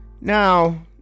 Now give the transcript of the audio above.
now